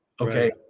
Okay